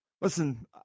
Listen